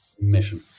mission